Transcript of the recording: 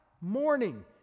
morning